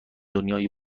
دنیای